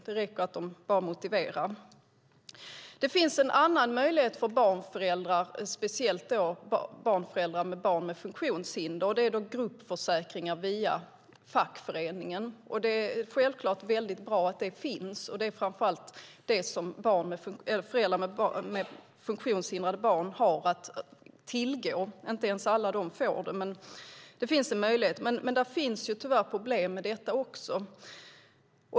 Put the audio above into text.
Det räcker att de bara motiverar. Det finns en annan möjlighet för föräldrar, speciellt föräldrar till barn med funktionshinder. Det är gruppförsäkringar via fackföreningen. Det är självklart väldigt bra att de finns. Det är framför allt det som föräldrar med funktionshindrade barn har att tillgå. Inte ens alla av dem får det, men det finns en möjlighet. Det finns tyvärr problem med detta också.